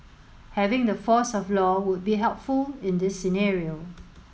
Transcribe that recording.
having the force of law would be helpful in this scenario